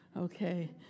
Okay